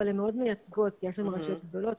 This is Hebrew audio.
אבל הן מאוד מייצגות כי יש שם רשויות גדולות,